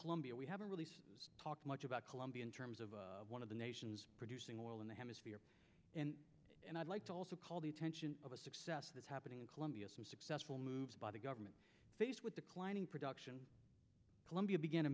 colombia we haven't really talked much about colombia in terms of one of the nations producing oil in the hemisphere and i'd like to also call the attention of a success that's happening in colombia so successful moves by the government faced with the planning production colombia began a